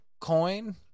coin